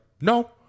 no